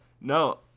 no